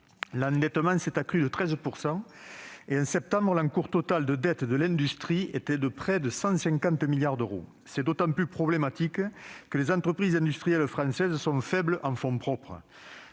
l'endettement s'est accru de 13 % et, en septembre dernier, l'encours total de dette de l'industrie était proche de 150 milliards d'euros, ce qui est d'autant plus problématique que les entreprises industrielles françaises sont faibles en fonds propres.